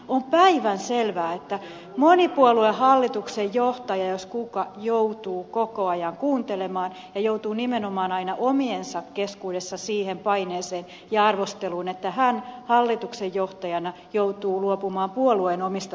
on päivänselvää että monipuoluehallituksen johtaja jos kuka joutuu koko ajan kuuntelemaan ja joutuu nimenomaan aina omiensa keskuudessa siihen paineeseen ja arvosteluun että hän hallituksen johtajana joutuu luopumaan puolueen omista tavoitteista